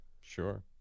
sure